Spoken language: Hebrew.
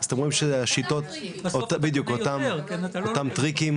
אז אתם רואים שהשיטות אותם טריקים,